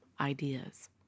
ideas